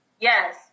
Yes